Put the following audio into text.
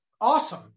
Awesome